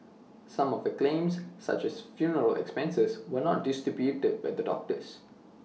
some of the claims such as for funeral expenses were not disputed by the doctors